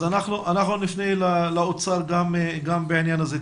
אז אנחנו נפנה לאוצר גם בעניין הזה.